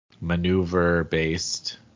maneuver-based